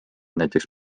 näiteks